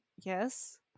yes